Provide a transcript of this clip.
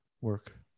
work